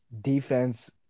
defense